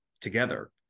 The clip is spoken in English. together